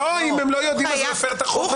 אם הם לא יודעים, אז הוא הפר את החובה.